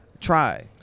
try